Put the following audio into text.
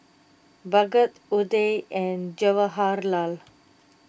Bhagat Udai and Jawaharlal